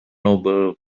noble